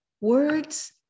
Words